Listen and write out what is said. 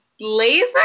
laser